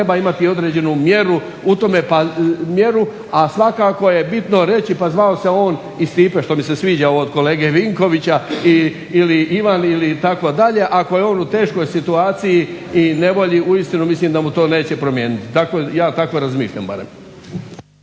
treba imati određenu mjeru u tome, a svakako je bitno reći pa zvao se on i Stipe što mi se sviđa ovo od kolege Vinkovića ili Ivan ili itd. ako je on u teškoj situaciji i nevolji uistinu mislim da mu to neće promijeniti. Ja tako razmišljam barem.